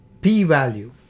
P-value